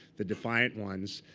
the defiant ones.